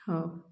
ହଉ